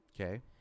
Okay